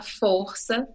força